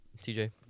TJ